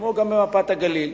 כמו גם במפת הגליל.